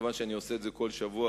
מכיוון שאני עושה את זה כל שבוע,